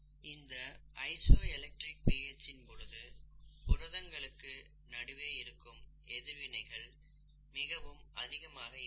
இந்த isoelectric pH இன் பொழுது புரதங்களுக்கு நடுவே இருக்கும் எதிர்வினைகள் மிகவும் அதிகமாக இருக்கும்